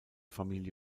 familie